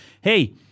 Hey